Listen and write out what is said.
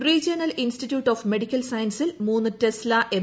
regional institute of medical സയൻസിൽ മൂന്ന് Tesla M